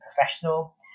professional